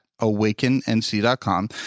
awakennc.com